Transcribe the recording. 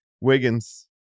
Wiggins